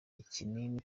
ikinini